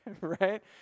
Right